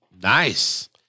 Nice